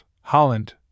Holland